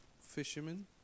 fishermen